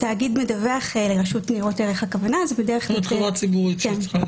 תאגיד מדווח לרשות ניירות ערך הכוונה היא --- חברה ציבורית שצריכה